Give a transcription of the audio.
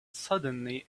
suddenly